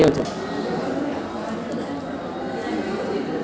ఒక్కసారి డిలీట్ చేస్తే మళ్ళీ కొత్త అకౌంట్ ద్వారా ఎక్కియ్యచ్చు